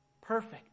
Perfect